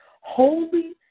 holy